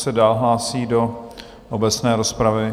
Kdo se dál hlásí do obecné rozpravy?